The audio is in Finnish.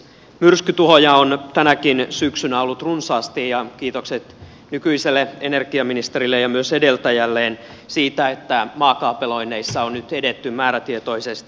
myrskytuhoja on tänäkin syksynä ollut runsaasti ja kiitokset nykyiselle energiaministerille ja myös hänen edeltäjälleen siitä että maakaapeloinneissa on nyt edetty määrätietoisesti